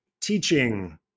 teaching